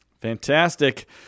Fantastic